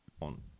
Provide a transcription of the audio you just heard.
on